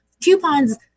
coupons